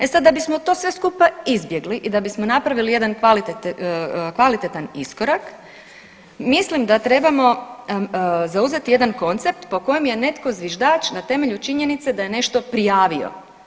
E sad da bismo to sve skupa izbjegli i da bismo napravili jedan kvalitetan iskorak, mislim da trebamo zauzeti jedan koncept po kojem je netko zviždač na temelju činjenice da je nešto prijavio.